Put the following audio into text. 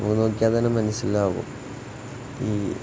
ഒന്ന് നോക്കിയാൽ തന്നെ മനസ്സിലാകും ഈ